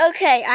Okay